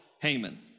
Haman